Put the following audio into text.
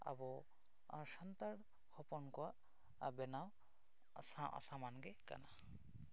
ᱟᱵᱚ ᱥᱟᱱᱛᱟᱲ ᱦᱚᱯᱚᱱ ᱠᱚᱣᱟᱜ ᱵᱮᱱᱟᱣ ᱥᱟᱢᱟᱱᱜᱮ ᱠᱟᱱᱟ